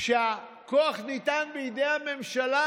הכוח ניתן בידי הממשלה,